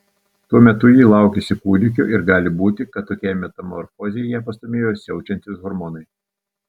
tuo metu ji laukėsi kūdikio ir gali būti kad tokiai metamorfozei ją pastūmėjo siaučiantys hormonai